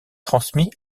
transmis